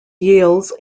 yields